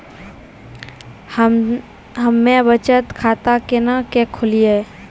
हम्मे बचत खाता केना के खोलियै?